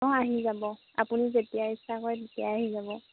অঁ আহি যাব আপুনি যেতিয়া ইচ্ছা কৰে তেতিয়াই আহি যাব